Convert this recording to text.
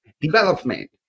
development